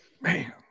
Man